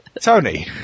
Tony